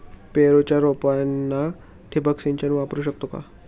पेरूच्या रोपांना ठिबक सिंचन वापरू शकतो का?